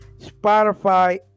Spotify